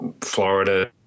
Florida